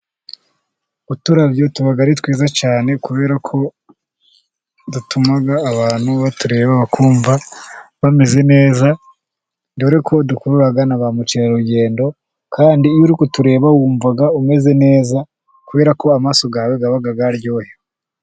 Uturabyo tuba ari twiza cyane, kubera ko dutuma abantu batureba, bakumva bameze neza, dore ko dukurura naba mukerarugendo, kandi iyo uri kutureba wumva umeze neza, kubera ko amasoso yawe aba yaryohewe.